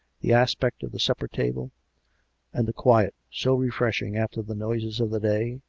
the aspect of the supper-table, and the quiet, so refreshing after the noises of the day,